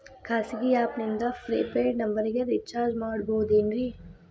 ಖಾಸಗಿ ಆ್ಯಪ್ ನಿಂದ prepaid ನಂಬರಿಗ ರೇಚಾರ್ಜ್ ಮಾಡಬಹುದೇನ್ರಿ?